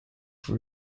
for